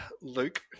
Luke